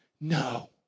No